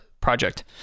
project